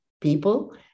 people